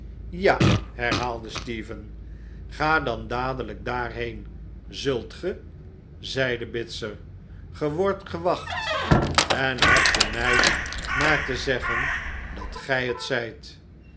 ja herhaalde stephen ga dan dadelijk daarheen zult ge zeide bitzer ge wordt gewacht en hebt de meid maar te zeggen dat gij het zijt